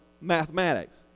mathematics